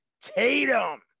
Tatum